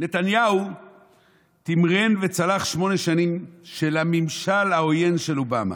"נתניהו תמרן וצלח שמונה שנים של הממשל העוין של אובמה,